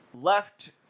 left